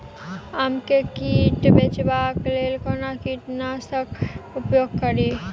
आम केँ कीट सऽ बचेबाक लेल कोना कीट नाशक उपयोग करि?